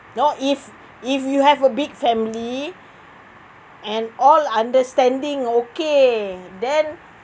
you know if if you have a big family and all understanding okay then